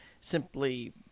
simply